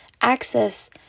access